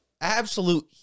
absolute